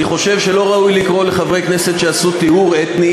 אני חושב שלא ראוי לומר לחברי כנסת שהם עשו טיהור אתני,